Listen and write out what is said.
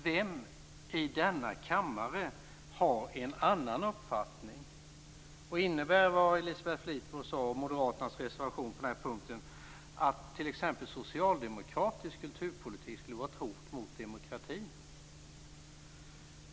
Vem i denna kammare har en annan uppfattning? Innebär det Elisabeth Fleetwood sade om Moderaternas reservation på den här punkten att t.ex. socialdemokratisk kulturpolitik skulle vara ett hot mot demokratin?